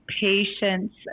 patients